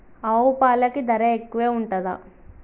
ఆవు పాలకి ధర ఎక్కువే ఉంటదా?